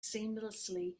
seamlessly